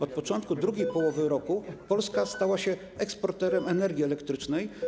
Od początku II połowy roku Polska stała się eksporterem energii elektrycznej.